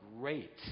great